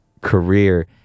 career